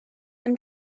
and